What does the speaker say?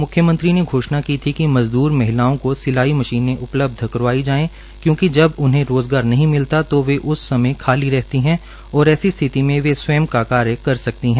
म्ख्यमंत्री ने घोषणा की थी कि मजद्र महिलाओं को सिलाई मशीनें उपलब्ध करवाई जाएं क्योंकि जब उन्हें रोजगार नहीं मिलता तो वे उस समय खाली रहती हैं और ऐसी स्थिति में वे स्वयं का कार्य कर सकती है